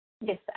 Yes